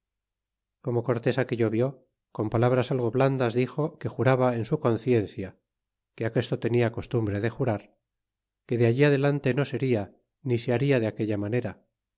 como cortés aquello vi con palabras algo blandas dixo que juraba en su conciencia que aquesto tenia costumbre de jurar que de allí adelante no seria ni se baria de aquella manera